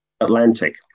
Atlantic